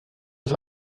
das